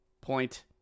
Point